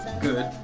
good